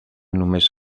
només